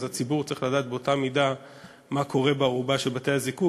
אז הציבור צריך לדעת באותה מידה מה קורה בארובה של בתי-הזיקוק,